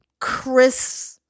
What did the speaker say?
Chris